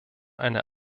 eine